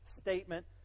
statement